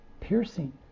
piercing